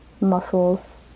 muscles